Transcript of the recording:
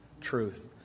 truth